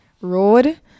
road